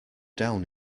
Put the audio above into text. down